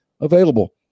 available